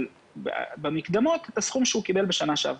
יקבל במקדמות את הסכום שהוא קיבל בשנה שעברה.